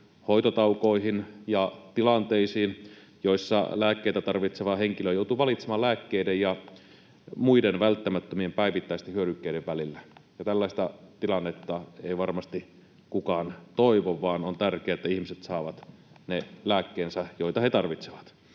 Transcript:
hoitotaukoihin ja tilanteisiin, joissa lääkkeitä tarvitseva henkilö joutuu valitsemaan lääkkeiden ja muiden välttämättömien päivittäisten hyödykkeiden välillä. Tällaista tilannetta ei varmasti kukaan toivo, vaan on tärkeää, että ihmiset saavat ne lääkkeensä, joita he tarvitsevat.